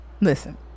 listen